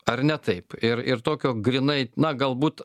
ar ne taip ir ir tokio grynai na galbūt